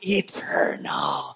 eternal